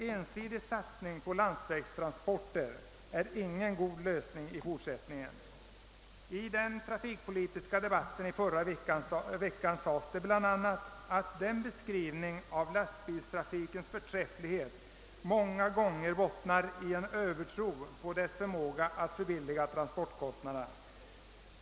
En satsning på landsvägstransporter är ingen god lösning i fortsättningen. I den trafikpolitiska debatten i förra veckan sades det bl.a. att beskrivningen av lastbilstrafikens förträfflighet många gångar bottnar i en övertro på dess förmåga att förbilliga transportkostnaderna.